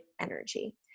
energy